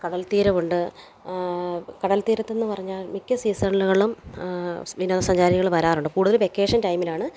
കടൽ തീരമുണ്ട് കടൽ തീരത്തീന്ന് പറഞ്ഞാൽ മിക്ക സീസണുകളും വിനോദസഞ്ചാരികൾ വരാറുണ്ട് കൂടുതൽ വെക്കേഷൻ ടൈമിലാണ്